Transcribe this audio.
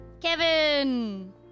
Kevin